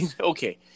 okay